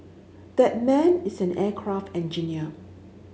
that man is an aircraft engineer